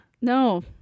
No